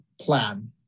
plan